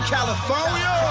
California